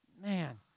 man